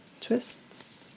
Twists